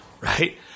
right